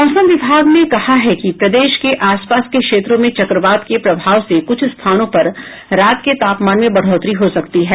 मौसम विभाग ने कहा है कि प्रदेश के आसपास के क्षेत्रों में चक्रवात के प्रभाव से कुछ स्थानों पर रात के तापमान में बढ़ोतरी हो सकती है